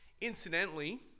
Incidentally